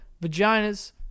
vaginas